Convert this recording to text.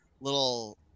little